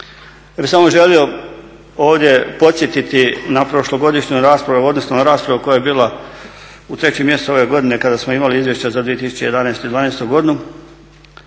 Ja bih samo želio ovdje podsjetiti na prošlogodišnju raspravu odnosno raspravu koja je bila u trećem mjesecu ove godine kada smo imali izvješće za 2011.i 2012.godinu